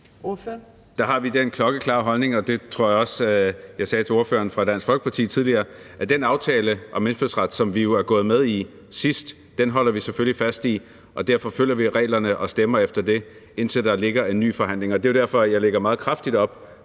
Der har vi den klokkeklare holdning – og det tror jeg også jeg sagde til ordføreren for Dansk Folkeparti tidligere – at den aftale om indfødsret, som vi jo er gået med i sidst, holder vi selvfølgelig fast i, og derfor følger vi reglerne og stemmer efter det, indtil der ligger en ny forhandling. Og det er jo derfor, at jeg lægger meget kraftigt op